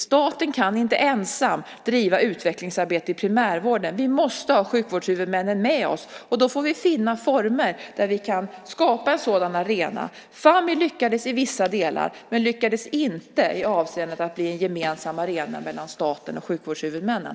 Staten kan inte ensam driva utvecklingsarbetet inom primärvården. Vi måste ha sjukvårdshuvudmännen med oss, och då får vi finna former där vi kan skapa en sådan arena. Fammi lyckades i vissa delar men lyckades inte i avseendet att bli en gemensam arena mellan staten och sjukvårdshuvudmännen.